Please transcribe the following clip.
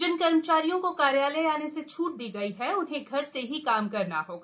जिन कर्मचारियों को कार्यालय आने की छूट दी गई है उन्हें घर से ही काम करना होगा